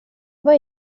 vad